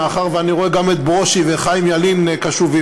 מאחר שאני רואה גם את ברושי וחיים ילין קשובים,